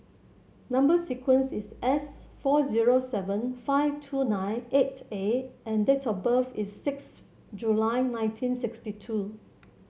number sequence is S four zero seven five two nine eight A and date of birth is six July nineteen sixty two